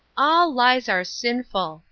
all lies are sinful,